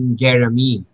jeremy